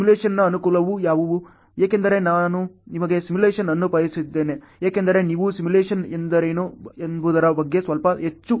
ಈಗ ಸಿಮ್ಯುಲೇಶನ್ನ ಅನುಕೂಲಗಳು ಯಾವುವು ಏಕೆಂದರೆ ನಾನು ನಿಮಗೆ ಸಿಮ್ಯುಲೇಶನ್ ಅನ್ನು ಪರಿಚಯಿಸಿದ್ದೇನೆ ಏಕೆಂದರೆ ನೀವು ಸಿಮ್ಯುಲೇಶನ್ ಎಂದರೇನು ಎಂಬುದರ ಬಗ್ಗೆ ಸ್ವಲ್ಪ ಹೆಚ್ಚು